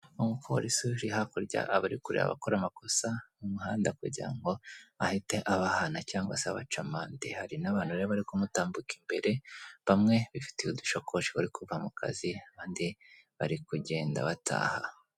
Umupolisi uri hakurya aba ari kureba abakora amakosa mu muhanda kugira ngo ahite abahana cyangwa se baca amande, hari n'abantu rero bari kumutambuka imbere, bamwe bifite udushakoshi bari kuva mu kazi abandi bari kugenda bataha.